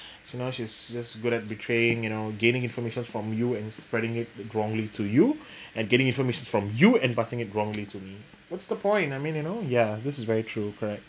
so now she's just good at betraying you know gaining information from you and spreading it wrongly to you and getting information from you and passing it wrongly to me what's the point I mean you know ya this is very true correct